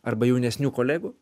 arba jaunesnių kolegų